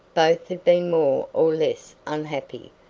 both had been more or less unhappy,